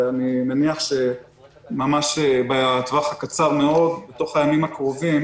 אני מניח שבטווח הקצר מאוד, בתוך הימים הקרובים